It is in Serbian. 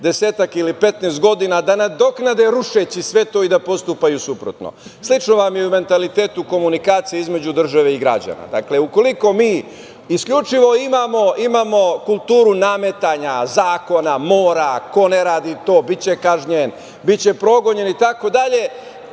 desetak ili 15 godina, da nadoknade rušeći sve to i da postupaju suprotno. Slično vam je i u mentalitetu komunikacije između države i građana. Dakle, ukoliko mi isključivo imamo kulturu nametanja zakona, mora, ko ne radi to biće kažnjen, biće progonjen itd, da,